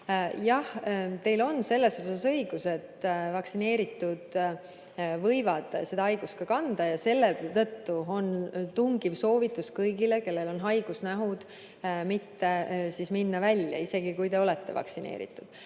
Jah, teil on selles õigus, et vaktsineeritud võivad seda haigust edasi kanda ja selle tõttu on tungiv soovitus kõigile, kellel on haigusnähud, mitte minna välja, isegi kui te olete vaktsineeritud.